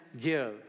give